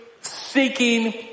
seeking